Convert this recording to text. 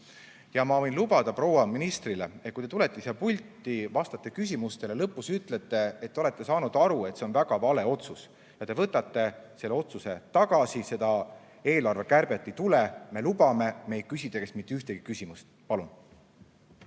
Ja ma võin lubada proua ministrile, et kui te tulete siia pulti, vastate küsimustele ja lõpus ütlete, et te olete saanud aru, et see on väga vale otsus, ja te võtate selle otsuse tagasi, seda eelarvekärbet ei tule, siis me lubame, et me küsi teie käest mitte ühtegi küsimust. Palun!